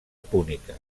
púnica